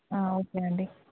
ఆ ఓకే అండి